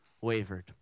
wavered